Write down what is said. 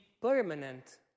permanent